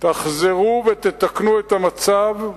תחזרו ותתקנו את המצב,